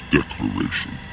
Declaration